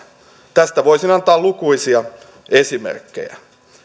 tästä voisin antaa lukuisia esimerkkejä